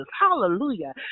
Hallelujah